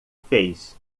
fez